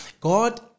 God